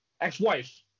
ex-wife